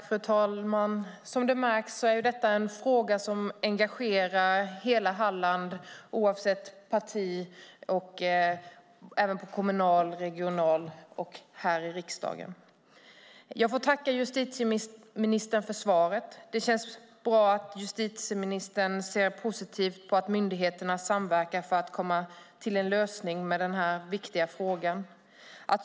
Fru talman! Detta är en fråga som engagerar hela Halland oavsett parti på kommunal och regional nivå samt här i riksdagen. Jag får tacka justitieministern för svaret. Det känns bra att justitieministern ser positivt på att myndigheterna samverkar för att komma fram till en lösning på den viktiga frågan.